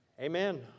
Amen